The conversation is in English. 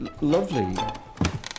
lovely